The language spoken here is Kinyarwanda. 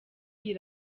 iyo